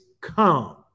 come